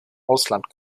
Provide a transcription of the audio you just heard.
ausland